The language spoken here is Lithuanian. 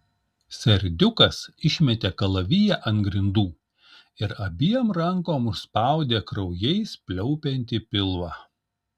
serdiukas išmetė kalaviją ant grindų ir abiem rankom užspaudė kraujais pliaupiantį pilvą